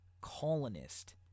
colonist